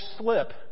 slip